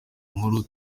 nkuru